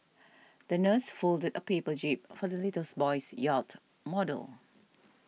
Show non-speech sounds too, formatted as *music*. the nurse folded a paper jib for the *unintelligible* boy's yacht model